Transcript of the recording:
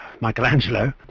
Michelangelo